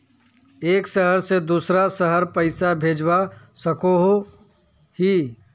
एक शहर से दूसरा शहर पैसा भेजवा सकोहो ही?